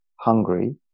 hungry